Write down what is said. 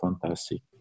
fantastic